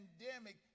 pandemic